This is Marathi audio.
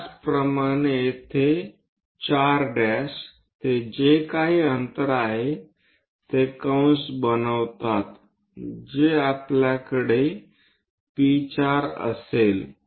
त्याचप्रमाणे येथे 4' ते जे काही अंतर आहे ते कंस बनवतात जे आपल्याकडे P4 असेल